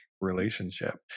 relationship